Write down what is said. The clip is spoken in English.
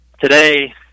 today